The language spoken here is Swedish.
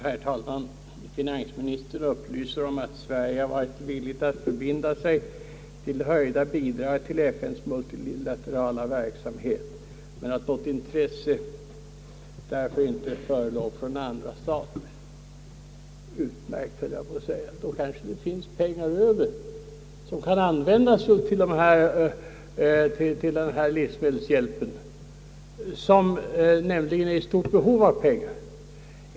Herr talman! Finansministern upplyser om att Sverige varit villigt att förbinda sig till höjda bidrag till FN:s multilaterala verksamhet men att något intresse inte förelåg från andra stater. Utmärkt, höll jag på att säga. Då kanske det finns pengar över som kan användas till livsmedelshjälpen, vilken är i stort behov av pengar.